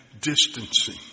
distancing